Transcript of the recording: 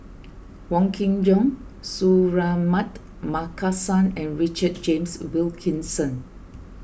Wong Kin Jong Suratman Markasan and Richard James Wilkinson